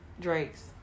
Drake's